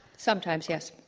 sometimes, yes,